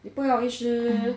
不要一直